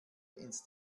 ins